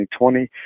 2020